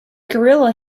gorilla